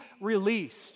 released